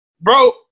Bro